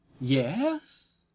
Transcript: Yes